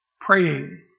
praying